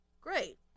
Great